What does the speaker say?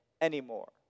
anymore